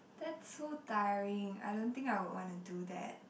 that's so tiring I don't think I would want to do that